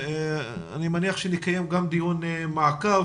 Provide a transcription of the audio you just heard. אני מניח שנקיים גם דיון מעקב.